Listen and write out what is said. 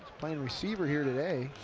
playing receiver here today.